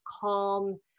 calm